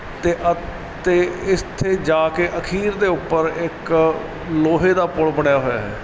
ਅਤੇ ਅਤੇ ਇੱਥੇ ਜਾ ਕੇ ਅਖੀਰ ਦੇ ਉੱਪਰ ਇੱਕ ਲੋਹੇ ਦਾ ਪੁਲ ਬਣਿਆ ਹੋਇਆ ਹੈ